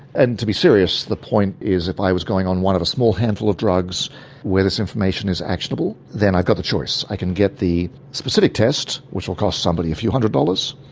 and to be serious, the point is if i was going on one of a small handful of drugs where this information is actionable then i've got the choice i can get the specific test, which will cost somebody a few hundred dollars,